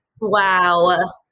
wow